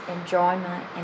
enjoyment